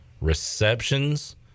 receptions